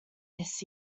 this